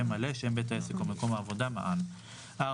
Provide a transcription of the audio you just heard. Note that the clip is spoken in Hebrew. שם בית העסק או מקום העבודה: __________ מען: _________________